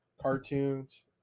cartoons